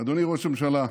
אדוני ראש הממשלה,